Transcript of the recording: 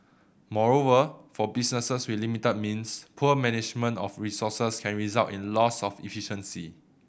moreover for businesses with limited means poor management of resources can result in loss of efficiency